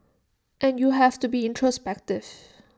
and you have to be introspective